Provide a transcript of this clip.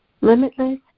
limitless